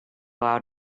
out